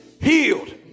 Healed